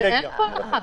אבל אין להם באמת הנחה.